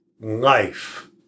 life